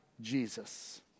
Jesus